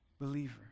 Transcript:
believer